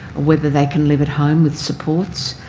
whether they can live at home with supports,